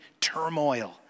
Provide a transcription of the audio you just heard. turmoil